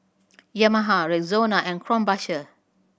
Yamaha Rexona and Krombacher